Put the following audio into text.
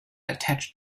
attach